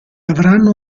avranno